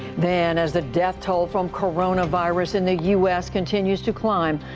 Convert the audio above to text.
then, as the death toll from coronavirus in the u s. continues to climb,